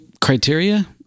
criteria